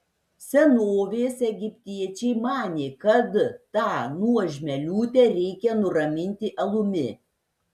senovės egiptiečiai manė kad tą nuožmią liūtę reikia nuraminti alumi